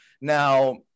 Now